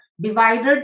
divided